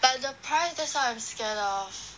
but the price that's what I'm scared of